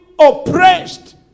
oppressed